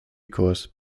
kurs